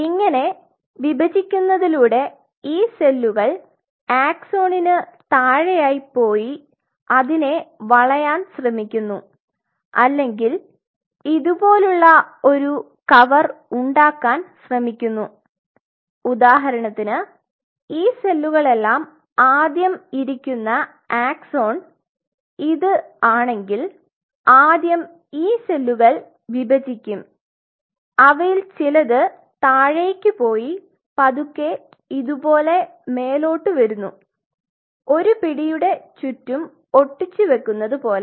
ഇങ്ങനെ വിഭജിക്കുന്നതിലൂടെ ഈ സെല്ലുകൾ ആക്സോണിന് താഴെയായി പോയി അതിനെ വളയാൻ ശ്രമിക്കുന്നു അല്ലെങ്കിൽ ഇതുപോലുള്ള ഒരു കവർ ഉണ്ടാക്കാൻ ശ്രമിക്കുന്നു ഉദാഹരണത്തിന് ഈ സെല്ലുകളെല്ലാം ആദ്യം ഇരിക്കുന്ന ആക്സൺ ഇത് ആണെങ്കിൽ ആദ്യം ഈ സെല്ലുകൾ വിഭജിക്കും അവയിൽ ചിലത് താഴേക്ക് പോയി പതുക്കെ ഇതുപോലെ മേലോട്ട് വരുന്നു ഒരു പിടിയുടെ ചുറ്റും ഒട്ടിച്ചു വെക്കുന്നതുപോലെ